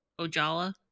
Ojala